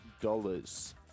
dollars